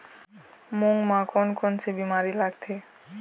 मूंग म कोन कोन से बीमारी लगथे?